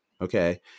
okay